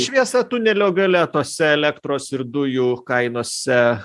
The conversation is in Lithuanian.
šviesa tunelio gale tose elektros ir dujų kainose